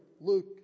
Luke